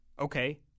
Okay